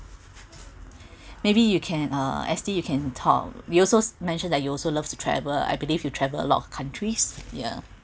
maybe you can uh ashley you can talk we also mentioned that you also love to travel I believe you travel a lot of countries yeah